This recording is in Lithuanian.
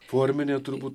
forminė turbūt